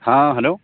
ہاں ہلو